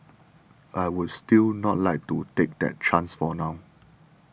I would still not like to take that chance for now